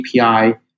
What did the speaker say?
API